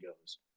goes